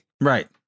Right